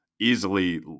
easily